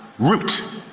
route.